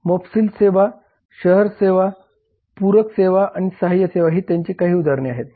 मोफसील सेवा शहर सेवा पूरक सेवा आणि सहाय्य सेवा ही त्याची काही उदाहरणे आहेत